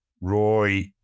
Roy